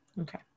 Okay